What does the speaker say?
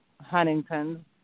Huntington